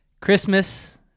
Christmas